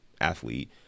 athlete